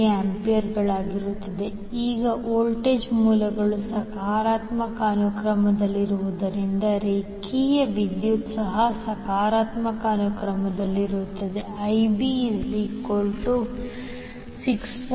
8°A ಈಗ ವೋಲ್ಟೇಜ್ ಮೂಲಗಳು ಸಕಾರಾತ್ಮಕ ಅನುಕ್ರಮದಲ್ಲಿರುವುದರಿಂದ ರೇಖೆಯ ವಿದ್ಯುತ್ ಸಹ ಸಕಾರಾತ್ಮಕ ಅನುಕ್ರಮದಲ್ಲಿರುತ್ತವೆ IbIa∠ 120°6